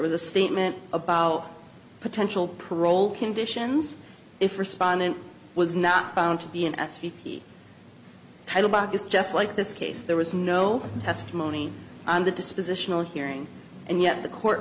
was a statement about potential parole conditions if respondent was not found to be an s p title back is just like this case there was no testimony on the dispositional hearing and yet the court